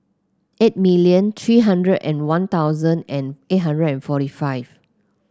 eight million three hundred and One Thousand and eight hundred and forty five